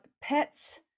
pets